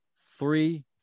three